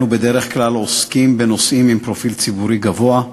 אנו בדרך כלל עוסקים בנושאים עם פרופיל ציבורי גבוה,